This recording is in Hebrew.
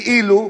כאילו,